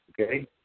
okay